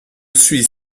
suis